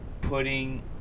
Putting